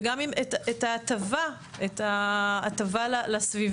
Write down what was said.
וגם את ההטבה לסביבה,